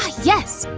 yes!